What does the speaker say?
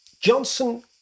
Johnson